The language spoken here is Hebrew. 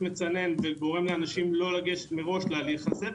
מצנן וגורם לאנשים מראש לא לגשת להליך הזה,